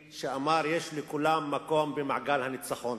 שאמר: יש לכולם מקום במעגל הניצחון.